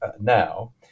now